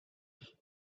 and